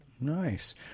Nice